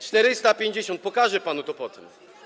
450. Pokażę panu to potem.